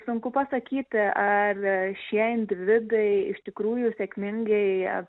sunku pasakyti ar šie individai iš tikrųjų sėkmingai